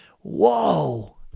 Whoa